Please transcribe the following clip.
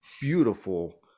beautiful